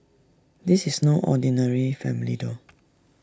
this is no ordinary family though